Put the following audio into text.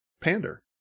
Pander